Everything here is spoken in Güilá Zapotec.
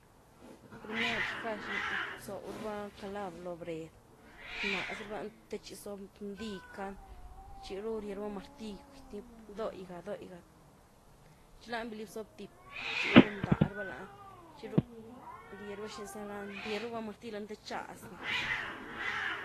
Primer xga rsob raba calav loo bred, rnaz raba lany te txi zóbndy kany, txiru riee raba martill gëquy ny doiyga-doyiga, txi lany valy bsob tiep txi ru rndah raba lany, txi ru riee raba, ¿xiny za lany? Rye raba martill lony te txazy ny.